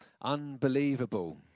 Unbelievable